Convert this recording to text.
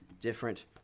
different